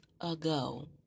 ago